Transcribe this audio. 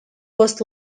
was